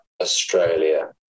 Australia